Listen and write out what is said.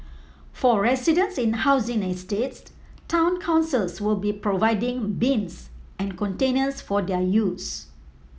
for residents in housing estates town councils will be providing bins and containers for their use